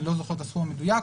אני לא זוכר את הסכום המדויק.